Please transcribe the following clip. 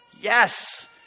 yes